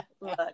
look